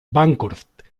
bancroft